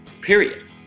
Period